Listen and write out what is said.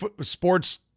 sports